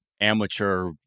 Amateur